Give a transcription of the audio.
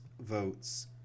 votes